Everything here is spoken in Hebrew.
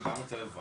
אני גם רוצה לברך,